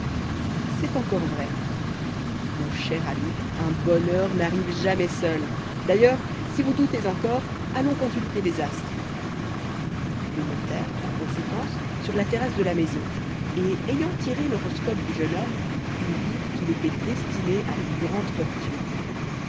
c'est encore vrai mon cher ami un bonheur n'arrive jamais seul d'ailleurs si vous doutez encore allons consulter les astres ils montèrent en conséquence sur la terrasse de la maison et ayant tiré l'horoscope du jeune homme ils virent qu'il était destiné à une grande fortune